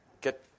Get